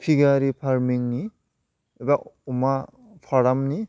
piggery फार्मिंनि एबा अमा फारामनि